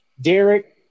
Derek